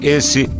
Esse